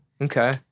Okay